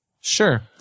sure